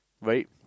Right